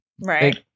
Right